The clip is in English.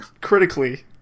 critically